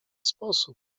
sposób